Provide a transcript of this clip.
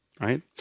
right